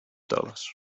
dollars